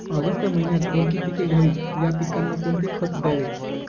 August महिन्यात कोणती पिके घ्यावीत? या पिकांना कोणते खत द्यावे?